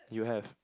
you have